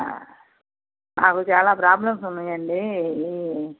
నాకు చాలా ప్రాబ్లమ్స్ ఉన్నాయండి